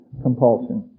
compulsion